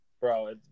bro